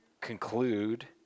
conclude